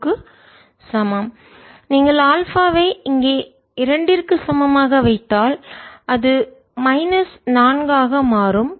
α2 β1 γ2 δ1 α β 1 2α2βγ0 42γ0 γ2 நீங்கள் ஆல்பாவை இங்கே இரண்டிற்கு சமமாக வைத்தால் அது மைனஸ் நான்கு ஆக மாறும்